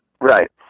Right